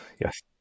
yes